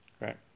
right